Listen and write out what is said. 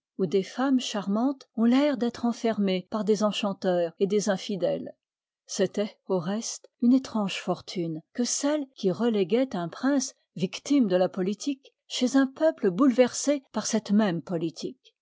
où des femmes charmantes ont l'air d'être enferme'es par des enchanteurs et des infidèles c'éloît au reste une étrange fortune que celle qui reléguoit un prince victime de la politique chez un peuple bouleversé par cette même politique